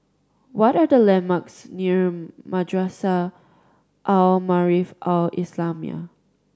what are the landmarks near Madrasah Al Maarif Al Islamiah